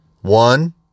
One